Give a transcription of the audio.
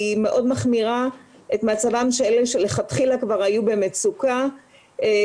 כאלה שמאוד מאוד זקוקים להגנות שלהם והסם במצב לא טוב משאיר